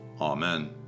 Amen